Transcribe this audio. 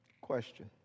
Question